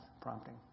prompting